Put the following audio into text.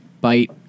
Bite